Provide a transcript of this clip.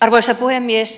arvoisa puhemies